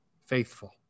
faithful